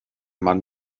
mann